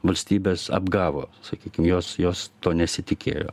valstybės apgavo sakykim jos jos to nesitikėjo